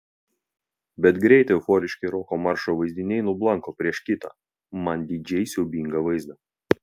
bet greit euforiški roko maršo vaizdiniai nublanko prieš kitą man didžiai siaubingą vaizdą